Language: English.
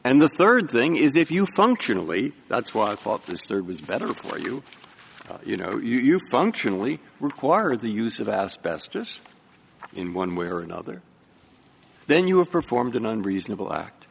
and the third thing is if you functionally that's what i thought this there was better for you you know you functionally require the use of asbestos in one way or another then you have performed an unreasonable act